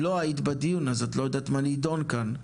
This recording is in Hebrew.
לא היית בדיון, אז את לא יודעת מה נידון כאן,